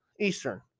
Eastern